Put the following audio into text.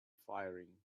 firing